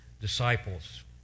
disciples